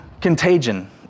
contagion